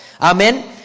Amen